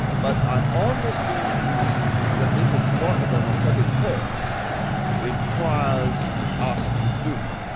but i honestly believe that this is what the democratic cause requires us to do.